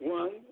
one